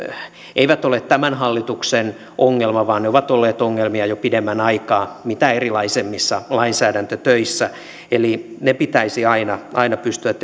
eivät ole tämän hallituksen ongelma vaan ne ovat olleet ongelmia jo pidemmän aikaa mitä erilaisimmissa lainsäädäntötöissä eli ne pitäisi aina aina pystyä